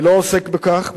אני לא עוסק בכך,